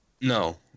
No